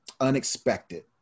unexpected